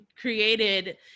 created